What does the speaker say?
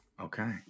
Okay